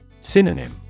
Synonym